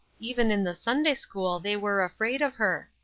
even in the sunday-school they were afraid of her.